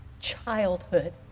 Childhood